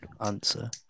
answer